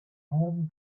home